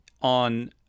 on